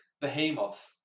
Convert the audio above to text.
Behemoth